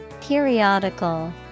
Periodical